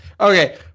okay